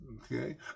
okay